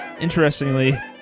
Interestingly